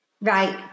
Right